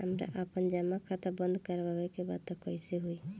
हमरा आपन जमा खाता बंद करवावे के बा त कैसे होई?